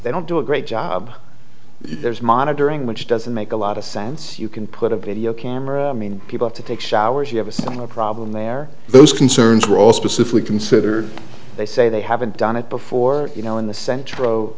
they don't do a great job there's monitoring which doesn't make a lot of sense you can put a video camera i mean people up to take showers you have a similar problem there those concerns are all specifically considered they say they haven't done it before you know in the centr